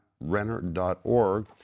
renner.org